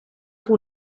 que